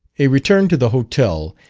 a return to the hotel,